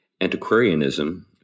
antiquarianism